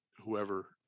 whoever